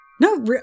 No